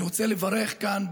אני רוצה לברך כאן,